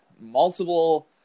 multiple